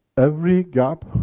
every gap,